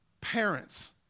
parents